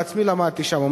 אני עצמי למדתי שם,